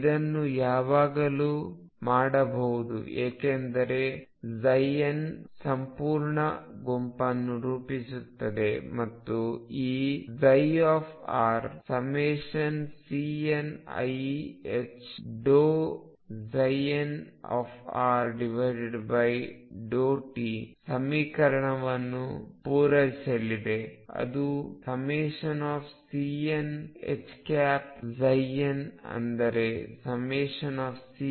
ಇದನ್ನು ಯಾವಾಗಲೂ ಮಾಡಬಹುದು ಏಕೆಂದರೆ n ಸಂಪೂರ್ಣ ಗುಂಪನ್ನು ರೂಪಿಸುತ್ತದೆ ಮತ್ತು ಈ ψ∑Cniℏn∂t thet ಸಮೀಕರಣವನ್ನು ಪೂರೈಸಲಿದೆ ಅದು∑CnHn ಅಂದರೆ ∑CnEnn